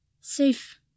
Safe